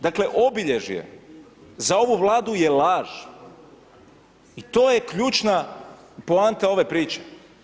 Dakle, obilježje za ovu Vladu je laž i to je ključna poanta ove priče.